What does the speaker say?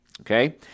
okay